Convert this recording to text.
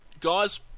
Guys